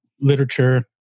literature